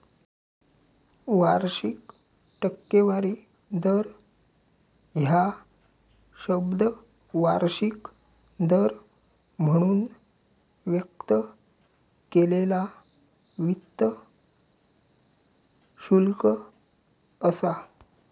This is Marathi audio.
वार्षिक टक्केवारी दर ह्या शब्द वार्षिक दर म्हणून व्यक्त केलेला वित्त शुल्क असा